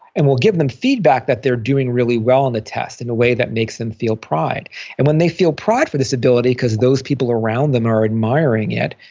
and we'll give them feedback that they're doing really well on the test in a way that makes them feel pride and when they feel pride for this ability because those people around them are admiring it,